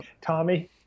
Tommy